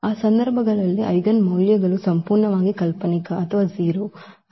ಆ ಸಂದರ್ಭಗಳಲ್ಲಿ ಐಜೆನ್ ಮೌಲ್ಯಗಳು ಸಂಪೂರ್ಣವಾಗಿ ಕಾಲ್ಪನಿಕ ಅಥವಾ 0